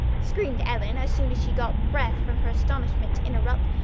screamed ellen as soon as she got breath from her astonishment to interrupt.